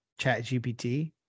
ChatGPT